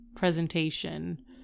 presentation